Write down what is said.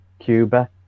cuba